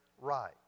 right